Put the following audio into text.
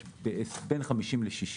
יש בין 50 ל-60.